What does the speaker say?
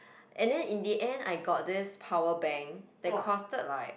and then in the end I got this power bank that costed like